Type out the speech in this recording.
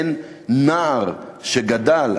אין נער שגדל,